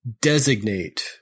designate